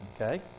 Okay